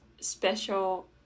special